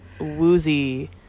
woozy